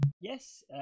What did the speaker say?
Yes